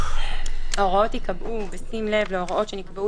ההוראות ייקבעו בשים לב להוראות שנקבעו